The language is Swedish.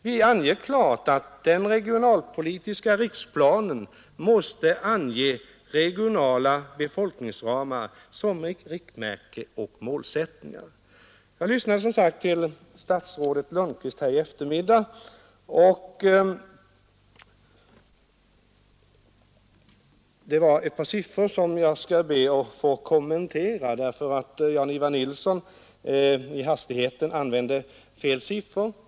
Vi framhåller klart att den regionalpolitiska riksplanen måste ange regionala befolkningsramar som riktmärke och målsättning. På eftermiddagen har jag lyssnat till statsrådet Lundkvist. Jag skall be att få kommentera ett par siffror. Herr Jan-Ivan Nilsson använde i hastigheten fel siffror.